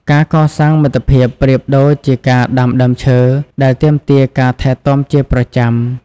ការកសាងមិត្តភាពប្រៀបដូចជាការដាំដើមឈើ ដែលទាមទារការថែទាំជាប្រចាំ។